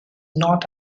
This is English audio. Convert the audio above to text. not